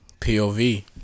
POV